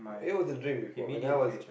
it was a dream before when I was